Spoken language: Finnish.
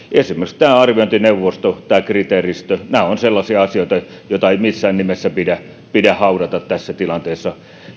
esimerkiksi tämä arviointineuvosto tämä kriteeristö nämä ovat sellaisia asioita joita ei missään nimessä pidä pidä haudata tässä tilanteessa